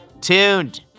tuned